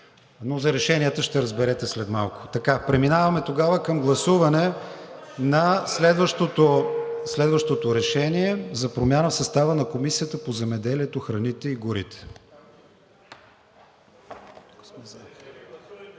За решенията ще разберете след малко. Преминаваме към гласуване на следващото решение – за промяна в състава на Комисията по земеделието, храните и горите. Гласували